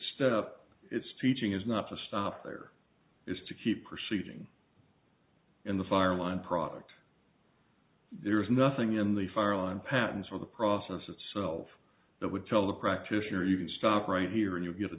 step it's teaching is not to stop there is to keep proceeding in the fire line product there is nothing in the fire on patents or the process itself that would tell the practitioner you can stop right here and you get a